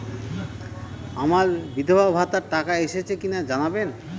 আমার বিধবাভাতার টাকা এসেছে কিনা জানাবেন?